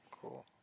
Cool